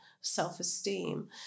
self-esteem